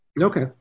Okay